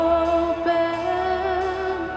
open